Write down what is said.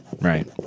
right